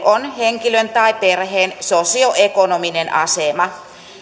on henkilön tai perheen sosioekonominen asema